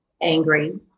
angry